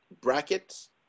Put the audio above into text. brackets